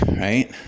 right